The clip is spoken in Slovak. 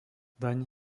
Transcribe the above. daň